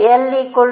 l 2